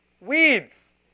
Weeds